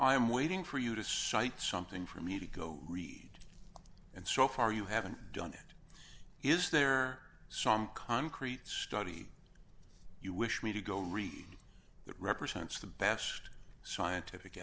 i'm waiting for you to cite something for me to go read and so far you haven't done it is there some concrete study you wish me to go read that represents the best scientific